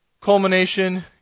culmination